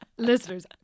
Listeners